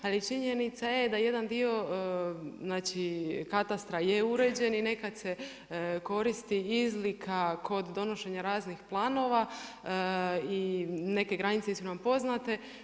Ali činjenica je da jedan dio, znači katastra je uređen i nekad se koristi izlika kod donošenja raznih planova i neke granice su nam poznate.